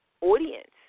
audience